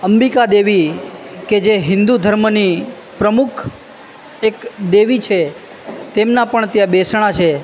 અંબિકા દેવી કે જે હિન્દુ ધર્મની પ્રમુખ એક દેવી છે તેમનાં પણ ત્યાં બેસણાં છે